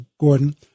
Gordon